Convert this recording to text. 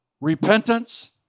repentance